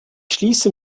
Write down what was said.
schließe